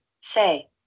say